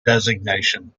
designation